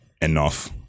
enough